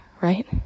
right